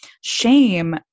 shame